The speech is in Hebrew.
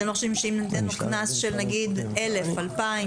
אתם לא חושבים שאם ניתן לו קנס של 1,000 או 2,000